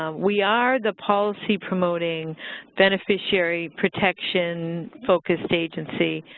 ah we are the policy promoting beneficiary protection focused agency,